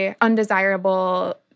undesirable